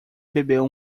bebeu